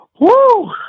Woo